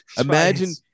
Imagine